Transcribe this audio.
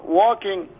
walking